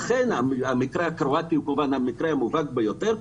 המקרה הקרואטי הוא המקרה המובהק ביותר.